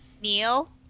Neil